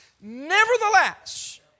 Nevertheless